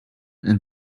and